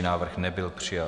Návrh nebyl přijat.